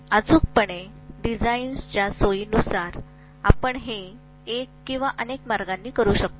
अचूकपणे डिझाइनच्या सोयीनुसार आपण हे एक किंवा अनेक मार्गाने करतो